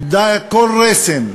איבדה כל רסן,